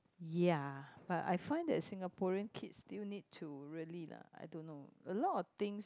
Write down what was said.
ya but I find that Singaporean kids still need to really lah I don't know a lot of things